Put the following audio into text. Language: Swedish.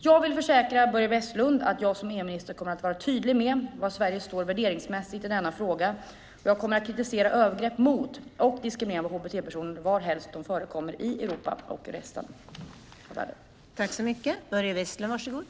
Jag vill försäkra Börje Vestlund att jag som EU-minister kommer att vara tydlig med var Sverige står värderingsmässigt i denna fråga och att jag kommer att kritisera övergrepp mot och diskriminering av hbt-personer varhelst de förekommer i Europa och resten av världen.